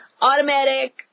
automatic